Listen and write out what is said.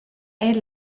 eir